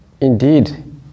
indeed